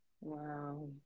Wow